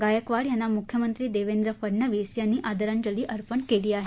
गायकवाड यांना मुख्यमंत्री देवेंद्र फडनवीस यांनी आदरांजली अर्पण केली आहे